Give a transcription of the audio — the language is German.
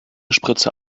spritze